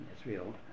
Israel